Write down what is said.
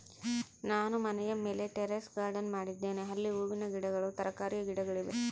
ನಾನು ಮನೆಯ ಮೇಲೆ ಟೆರೇಸ್ ಗಾರ್ಡೆನ್ ಮಾಡಿದ್ದೇನೆ, ಅಲ್ಲಿ ಹೂವಿನ ಗಿಡಗಳು, ತರಕಾರಿಯ ಗಿಡಗಳಿವೆ